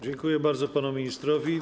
Dziękuję bardzo panu ministrowi.